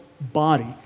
body